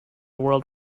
world